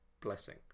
blessing